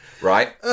Right